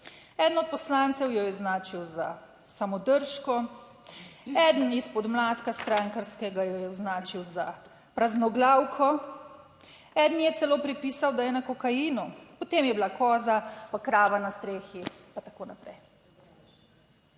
Eden od poslancev jo je označil za samodržko, eden iz podmladka strankarskega, jo je označil za praznoglavko, eden je celo pripisal, da je na kokainu, potem je bila koza, pa krava na strehi, pa tako naprej.